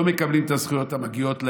לא מקבלים את הזכויות המגיעות להם,